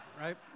right